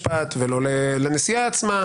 פרופ' שקולניקוב,